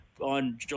on